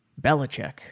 Belichick